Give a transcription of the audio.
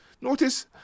Notice